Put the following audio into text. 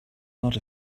not